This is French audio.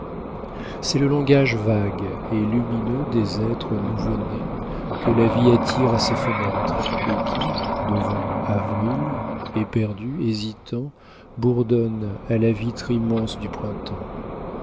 c'est le langage vague et lumineux des êtres nouveau-nés que la vie attire à ses fenêtres et qui devant avril éperdus hésitants bourdonnent à la vitre immense du printemps